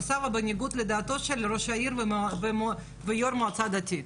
סבא בניגוד לדעתו של ראש העיר ויו"ר המועצה הדתית.